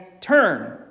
turn